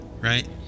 right